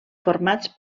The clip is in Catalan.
formats